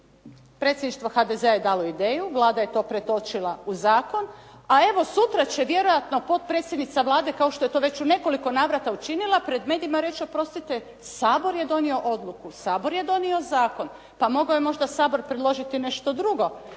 Predsjedništvo HDZ-a je dalo ideju, Vlada je to pretočila u zakon a evo sutra će vjerojatno potpredsjednica Vlade kao što je to već u nekoliko navrata učinila pred medijima reći: "Oprostite, Sabor je donio odluku, Sabor je donio zakon. Pa mogao je možda Sabor predložiti nešto drugo,